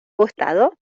gustado